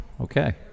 Okay